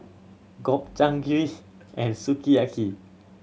Gobchang Gui and Sukiyaki